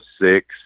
six